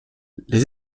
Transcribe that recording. les